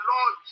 Lord